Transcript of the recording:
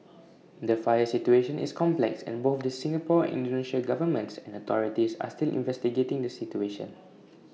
the fire situation is complex and both the Singapore Indonesia governments and authorities are still investigating the situation